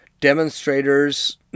demonstrators